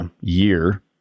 year